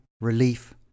relief